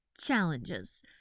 challenges